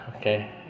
okay